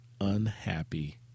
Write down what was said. unhappy